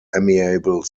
amiable